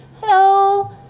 hello